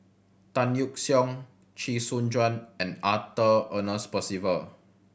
Tan Yeok Seong Chee Soon Juan and Arthur Ernest Percival